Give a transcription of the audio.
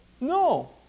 No